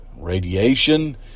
radiation